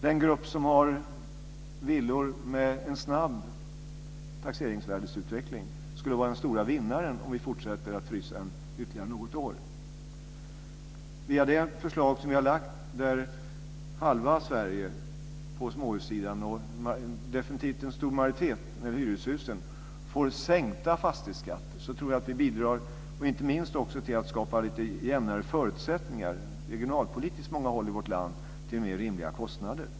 Den grupp som har villor med en snabb taxeringsvärdesutveckling skulle vara den stora vinnaren om vi fortsätter att frysa ytterligare något år. Via det förslag som vi har lagt fram, där halva Sverige på småhussidan och definitivt en stor majoritet av dem i hyreshusen får sänkta fastighetsskatter tror jag att vi bidrar inte minst till att skapa lite jämnare förutsättningar regionalpolitiskt på många håll i vårt land till mer rimliga kostnader.